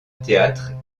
théâtre